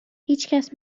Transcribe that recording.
هیچکس